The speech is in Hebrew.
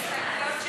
זה הסתייגויות שלי,